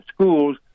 schools